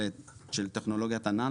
של טכנולוגית ענן.